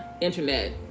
internet